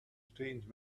strange